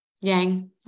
Yang